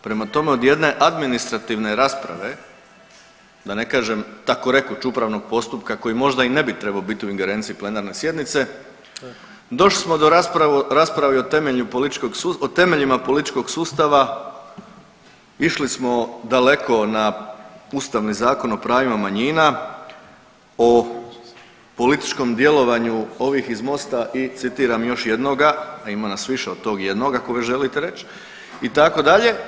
Prema tome, od jedne administrativne rasprave da ne kažem tako rekoć upravnog postupka koji možda i ne bi trebao biti u ingerenciji plenarne sjednice došli smo do rasprave o temeljima političkog sustava, išli smo daleko na Ustavni zakon o pravima manjina, o političkom djelovanju ovih iz MOST-a i citiram još jednoga, a ima nas više od tog jednoga ako već želite reći itd.